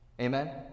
Amen